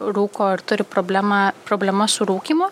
rūko ir turi problemą problemą su rūkymu